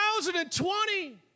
2020